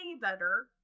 better